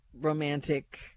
romantic